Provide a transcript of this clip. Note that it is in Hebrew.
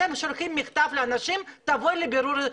אתם שולחים מכתב לאנשים: תבוא לבירור.